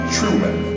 Truman